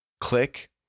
click